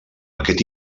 aquest